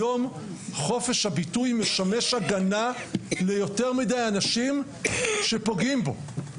היום חופש הביטוי משמש הגנה ליותר מדי אנשים שפוגעים בו,